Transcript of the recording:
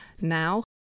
now